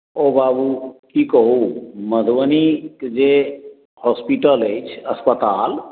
अओ बाबू की कहू मधुबनीक जे हॉस्पिटल अछि अस्पताल